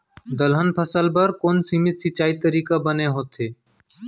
दलहन फसल बर कोन सीमित सिंचाई तरीका ह बने होथे?